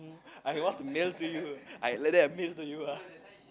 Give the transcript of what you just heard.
I want to mail to you I like that mail to you ah